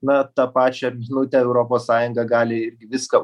na tą pačią minutę europos sąjunga gali viską